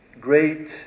great